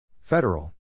Federal